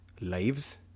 lives